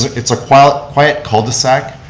it's a quiet quiet cul de sac,